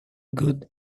good